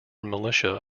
militia